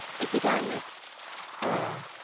it began with ah!